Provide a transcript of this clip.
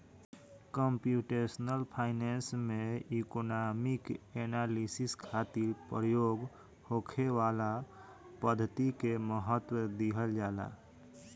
computational finance में economic analysis खातिर प्रयोग होखे वाला पद्धति के महत्व दीहल जाला